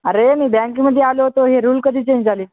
अरे मी बँकमध्ये आलो होतो हे रूल कधी चेंज झाले